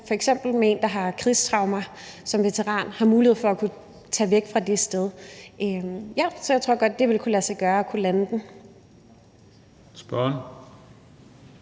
f.eks. som veteran, der har krigstraumer, har mulighed for at tage fra væk fra det sted. Så ja, jeg tror godt, at det vil kunne lade sig gøre at lande den. Kl.